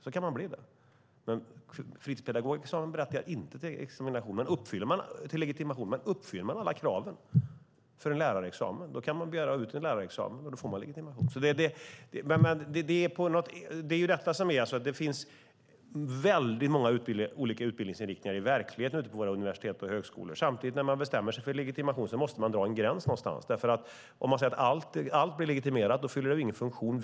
Då kan man bli det. Fritidspedagogexamen berättigar inte till legitimation, men om man uppfyller alla krav för en lärarexamen kan man begära ut en sådan. Då får man legitimation. Det finns väldigt många utbildningsinriktningar på våra universitet och högskolor. När man bestämmer sig för legitimation måste man samtidigt dra en gräns någonstans. Om allt blir legitimerat fyller det ju ingen funktion.